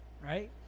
right